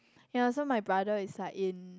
yea so my brother is like in